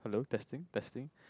hello testing testing